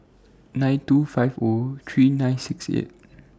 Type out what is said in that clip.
nine two five O three nine six eight